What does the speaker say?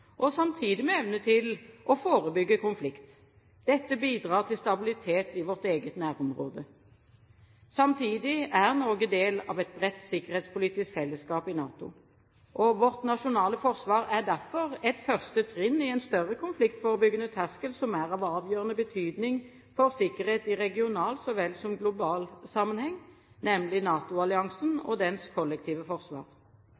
og samtidig forebygge konflikt. Dette bidrar til stabilitet i vårt eget nærområde. Samtidig er Norge del av et bredt sikkerhetspolitisk felleskap i NATO. Vårt nasjonale forsvar er derfor et første trinn i en større konfliktforebyggende terskel som er av avgjørende betydning for sikkerhet i regional så vel som i global sammenheng, nemlig